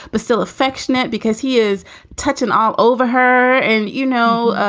but still affectionate because he is touching all over her. and, you know,